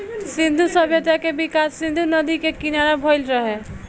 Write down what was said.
सिंधु सभ्यता के विकास सिंधु नदी के किनारा भईल रहे